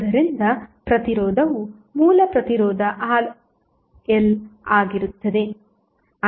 ಆದ್ದರಿಂದ ಪ್ರತಿರೋಧವು ಮೂಲ ಪ್ರತಿರೋಧ RL ಆಗಿರುತ್ತದೆ